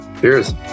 Cheers